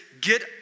get